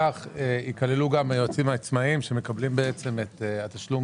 כך ייכללו גם היועצים העצמאיים שמקבלים את התשלום